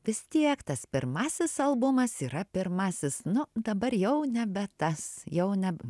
vis tiek tas pirmasis albumas yra pirmasis nu dabar jau nebe tas jau ne